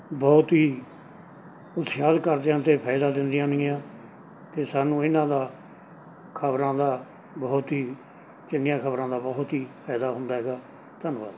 ਬਹੁਤ ਹੀ ਉਤਸ਼ਾਹਿਤ ਕਰਦੀਆਂ ਨੇ ਅਤੇ ਫਾਇਦਾ ਦਿੰਦੀਆਂ ਨੇਗੀਆਂ ਕਿ ਸਾਨੂੰ ਇਹਨਾਂ ਦਾ ਖਬਰਾਂ ਦਾ ਬਹੁਤ ਹੀ ਚੰਗੀਆਂ ਖਬਰਾਂ ਦਾ ਬਹੁਤ ਹੀ ਫਾਇਦਾ ਹੁੰਦਾ ਹੈਗਾ ਧੰਨਵਾਦ